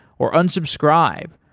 or unsubscribe,